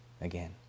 again